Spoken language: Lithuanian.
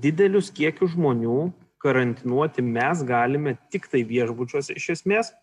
didelius kiekius žmonių karantinuoti mes galime tiktai viešbučiuose iš esmės